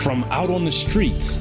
from out on the streets